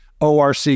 ORC